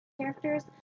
characters